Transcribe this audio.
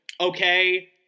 okay